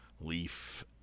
Leaf